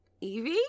Evie